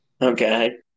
Okay